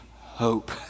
hope